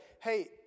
hey